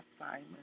assignment